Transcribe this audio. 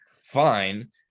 fine